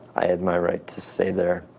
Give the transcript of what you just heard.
i had my right to stay there.